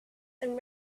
and